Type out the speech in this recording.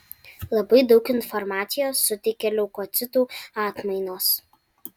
labai daug informacijos suteikia leukocitų atmainos